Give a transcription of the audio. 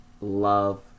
love